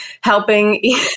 helping